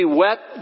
wet